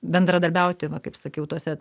bendradarbiauti va kaip sakiau tuose